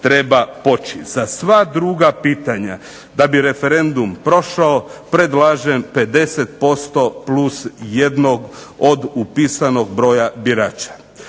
treba poći. Za sva druga pitanja da bi referendum prošao predlažem 50% +1 od upisanog broja birača.